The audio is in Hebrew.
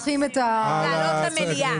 אנחנו צריכים --- להעלות למליאה.